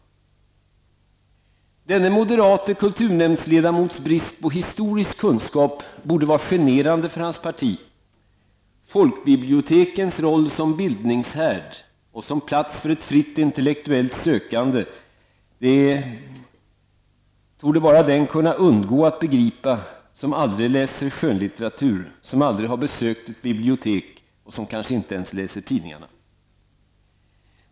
Denne moderate kulturnämndsledamots brist på historisk kunskap borde vara generande för hans parti. Folkbibliotekens roll som bildningshärd och som plats för ett fritt intellektuellt sökande torde bara den kunna undgå att begripa som aldrig läser skönlitteratur, som aldrig har besökt ett bibliotek och som kanske inte ens läser tidningarna.